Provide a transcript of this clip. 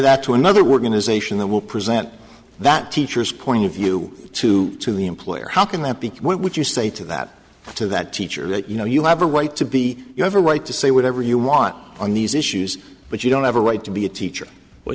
that to another we're going to zation that will present that teachers point of view to to the employer how can that be what would you say to that to that teacher that you know you have a right to be you have a right to say whatever you want on these issues but you don't have a right to be a teacher